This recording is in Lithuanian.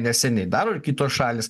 neseniai dar ir kitos šalys